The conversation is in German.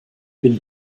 bin